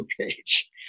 page